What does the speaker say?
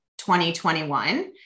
2021